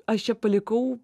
aš čia palikau